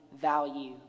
value